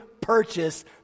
purchase